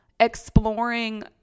exploring